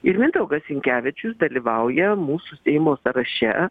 ir mindaugas sinkevičius dalyvauja mūsų seimo sąraše